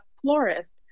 florist